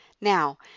Now